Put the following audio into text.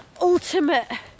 ultimate